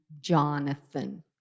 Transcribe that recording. Jonathan